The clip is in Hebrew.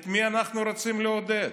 את מי אנחנו רוצים לעודד?